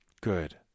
Good